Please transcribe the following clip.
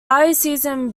diocesan